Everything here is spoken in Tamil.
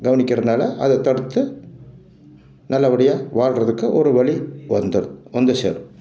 கவனிக்கிறதுனால அதை தடுத்து நல்ல படியாக வாழ்கிறதுக்கு ஒரு வழி வந்து வந்து சேரும்